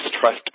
trust